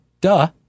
Duh